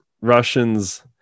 russians